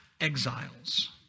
exiles